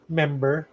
member